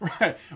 Right